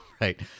right